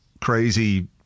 crazy